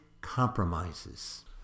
compromises